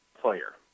player